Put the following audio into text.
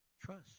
trust